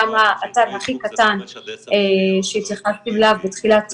גם האתר הכי קטן ש --- כל החשיפה הזו של